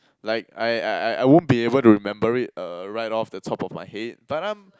like I I I won't be able to remember it uh right off the top of my head but I'm